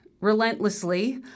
relentlessly